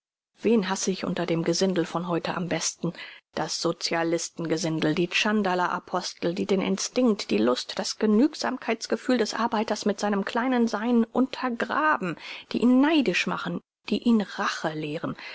wen hasse ich unter dem gesindel von heute am besten das socialisten gesindel die tschandala apostel die den instinkt die lust das genügsamkeits gefühl des arbeiters mit seinem kleinen sein untergraben die ihn neidisch machen die ihn rache lehren